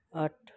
ਅੱਠ